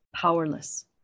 powerless